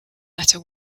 letter